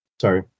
Sorry